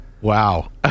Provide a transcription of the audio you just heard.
wow